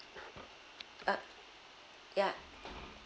uh yeah